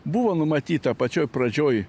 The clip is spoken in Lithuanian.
buvo numatyta pačioj pradžioj